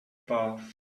bath